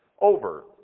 over